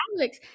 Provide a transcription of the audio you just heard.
Alex